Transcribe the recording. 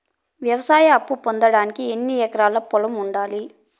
వ్యవసాయ అప్పు పొందడానికి ఎన్ని ఎకరాల పొలం ఉండాలి?